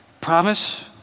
Promise